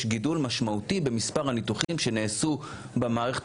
יש גידול משמעותי במספר הניתוחים שנעשו במערכת